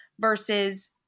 versus